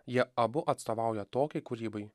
jie abu atstovauja tokiai kūrybai